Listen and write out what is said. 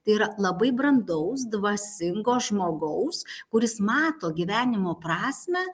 tai yra labai brandaus dvasingo žmogaus kuris mato gyvenimo prasmę